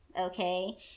okay